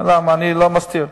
אני לא מסתיר.